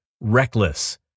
reckless